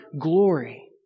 glory